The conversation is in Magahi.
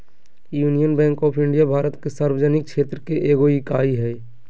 union Bank of India Bharat के सार्वजनिक क्षेत्र के एगो इकाई हइ